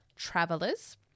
Travelers